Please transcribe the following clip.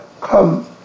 come